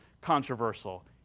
controversial